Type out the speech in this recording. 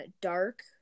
dark